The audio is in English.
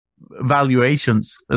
valuations